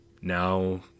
now